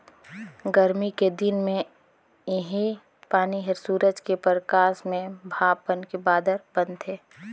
गरमी के दिन मे इहीं पानी हर सूरज के परकास में भाप बनके बादर बनथे